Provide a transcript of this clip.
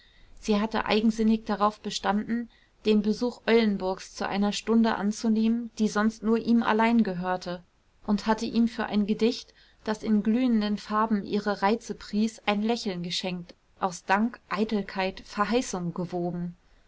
sie hatte eigensinnig darauf bestanden den besuch eulenburgs zu einer stunde anzunehmen die sonst nur ihm allein gehörte und hatte ihm für ein gedicht das in glühenden farben ihre reize pries ein lächeln geschenkt aus dank eitelkeit verheißung gewoben